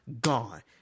gone